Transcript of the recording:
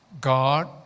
god